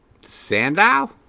Sandow